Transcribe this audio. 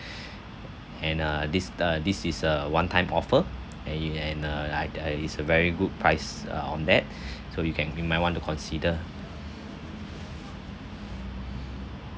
and uh this the this is a one time offer and and uh I uh is a very good price uh on that so you can you might want to consider